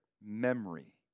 memory